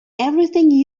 everything